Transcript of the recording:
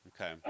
Okay